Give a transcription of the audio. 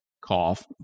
cough